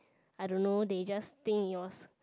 I don't know they just think it's yours